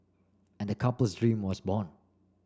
and the couple's dream was born